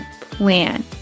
Plan